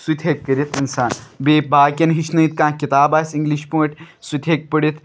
سُہ تہِ ہیٚکہِ کٔرتھ اِنسان بیٚیہِ باقٕیَن ہیٚچھنٲوِتھ کانٛہہ کِتاب آسہِ اِنٛگلِش پٲٹھۍ سُہ تہِ ہیٚکہِ پٔرِتھ